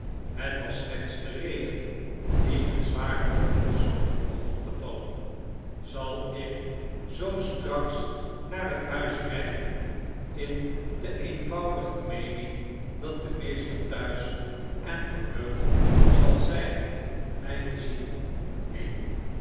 het was slechts de regen die met zware droppels begon te vallen zal ik zoo straks naar het huis rijden in de eenvoudige meening dat de meester thuis en verheugd zal zijn mij te zien neen